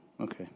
Okay